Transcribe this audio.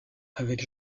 avec